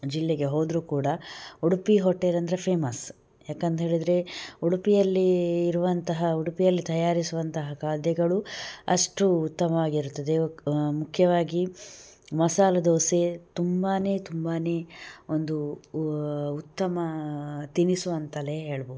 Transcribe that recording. ಜಿಲ್ಲೆಗೆ ಹೋದರು ಕೂಡ ಉಡುಪಿ ಹೋಟೆಲಂದರೆ ಫೇಮಸ್ ಯಾಕಂತ್ಹೇಳಿದರೆ ಉಡುಪಿಯಲ್ಲಿ ಇರುವಂತಹ ಉಡುಪಿಯಲ್ಲಿ ತಯಾರಿಸುವಂತಹ ಖಾದ್ಯಗಳು ಅಷ್ಟು ಉತ್ತಮವಾಗಿ ಇರುತ್ತದೆ ಮುಖ್ಯವಾಗಿ ಮಸಾಲ ದೋಸೆ ತುಂಬಾ ತುಂಬಾ ಒಂದು ಉತ್ತಮ ತಿನಿಸು ಅಂತಲೇ ಹೇಳ್ಬೋದು